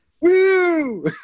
Woo